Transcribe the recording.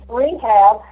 rehab